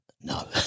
No